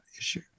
issue